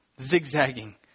Zigzagging